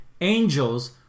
angels